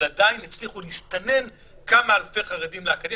אבל עדיין כמה אלפי חרדים הצליחו להסתנן,